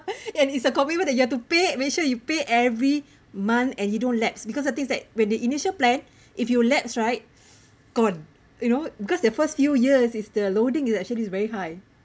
and it's a commitment that you have to pay make sure you pay every month and you don't lapse because the things that when the initial plan if you lapsed right gone you know because the first few years is the loading is actually is very high